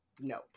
no